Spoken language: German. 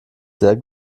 sehr